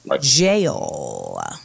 jail